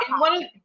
one